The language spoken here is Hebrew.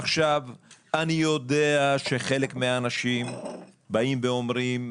אני יודע שחלק מהאנשים באים ואומרים,